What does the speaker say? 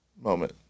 moment